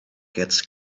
gets